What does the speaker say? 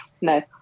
no